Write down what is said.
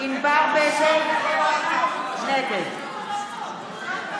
זאב בנימין בגין, נגד אוריאל